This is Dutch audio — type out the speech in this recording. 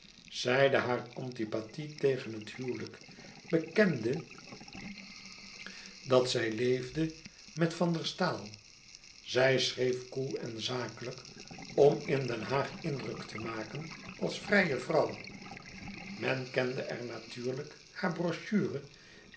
zeide hare antipathie tegen het huwelijk bekende dat zij leefde met van der staal zij schreef koel en zakelijk om in den haag indruk te maken als vrije vrouw men kende er natuurlijk hare brochure